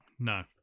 No